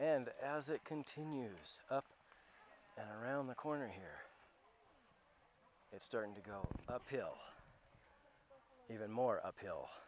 and as it continues around the corner here it's starting to go uphill even more uphill